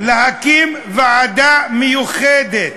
להקים ועדה מיוחדת?